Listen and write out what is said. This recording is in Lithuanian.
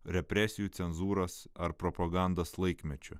represijų cenzūros ar propagandos laikmečiu